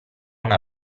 una